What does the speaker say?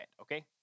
okay